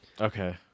Okay